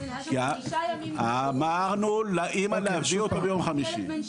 היה שם ששה ימים- -- אמרנו לאמא להביא אותו ביום חמישי.